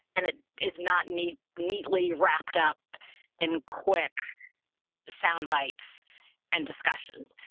and it is not neat, neatly wrapped up in quick soundbites and discussions.